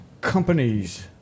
Companies